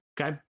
okay